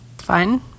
fine